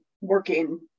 working